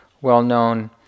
well-known